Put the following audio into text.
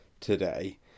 today